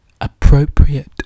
appropriate